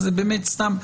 זה באמת סתם,